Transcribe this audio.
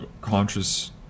conscious